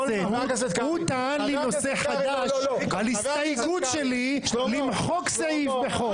הוא טען לי נושא חדש על הסתייגות שלי למחוק סעיף בחוק,